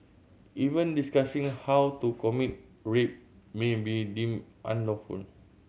even discussing how to commit rape may be deemed unlawful